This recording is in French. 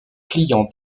client